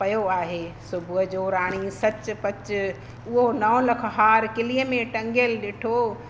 पियो आहे सुबुह जो राणी सच पच उहो नौ लख हार किलीअ में टंगियलु ॾिठो